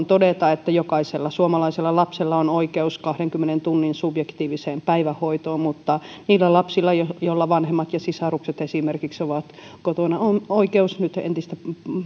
todeta että jokaisella suomalaisella lapsella on oikeus kahdenkymmenen tunnin subjektiiviseen päivähoitoon mutta niillä lapsilla joilla vanhemmat ja esimerkiksi sisarukset ovat kotona on oikeus nyt entistä